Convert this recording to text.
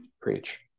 Preach